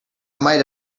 might